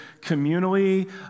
communally